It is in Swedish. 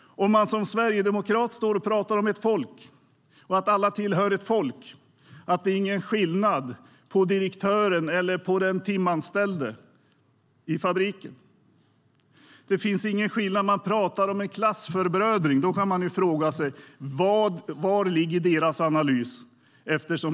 Som sverigedemokrat står man och pratar om ett folk, att alla tillhör ett folk och att det inte är någon skillnad mellan direktören och den timanställde i fabriken. Det finns ingen skillnad, och man pratar om en klassförbrödring. Då kan vi fråga oss: Var ligger deras analys?